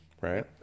Right